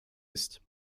ist